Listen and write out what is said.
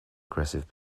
aggressive